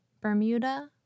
Bermuda